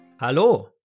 Hallo